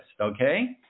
okay